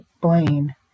Blaine